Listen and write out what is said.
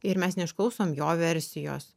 ir mes neišklausom jo versijos